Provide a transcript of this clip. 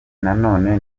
nanone